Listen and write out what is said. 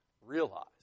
realize